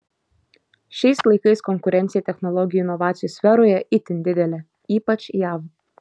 šiais laikais konkurencija technologijų inovacijų sferoje itin didelė ypač jav